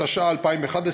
התשע"א 2011,